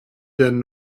then